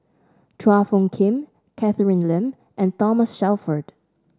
Chua Phung Kim Catherine Lim and Thomas Shelford